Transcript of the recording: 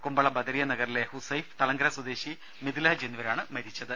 കുമ്പള ബദരിയ നഗറിലെ ഹുസൈഫ് തളങ്കര സ്വദേശി മിദ്ലാജ് എന്നിവരാണ് മരിച്ചത്